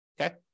okay